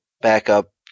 backup